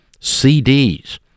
CDs